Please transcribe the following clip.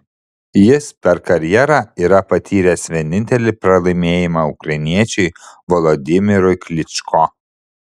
jis per karjerą yra patyręs vienintelį pralaimėjimą ukrainiečiui volodymyrui klyčko